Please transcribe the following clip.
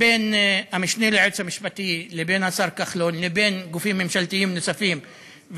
בין המשנה ליועץ המשפטי לבין השר כחלון לבין גופים ממשלתיים נוספים,